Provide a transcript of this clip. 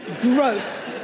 Gross